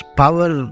power